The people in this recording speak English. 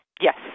Yes